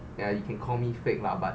ya you can call me fake lah but